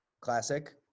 Classic